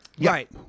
Right